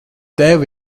tev